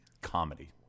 Comedy